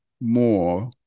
more